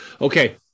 Okay